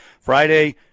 Friday